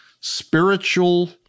spiritual